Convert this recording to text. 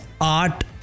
art